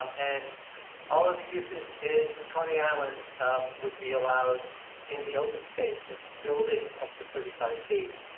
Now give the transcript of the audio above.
and all of the uses in coney island um would be allowed in the open space and buildings up to thirty five feet.